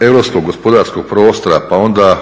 europskog gospodarskog prostora pa onda